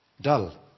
Dull